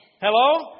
Hello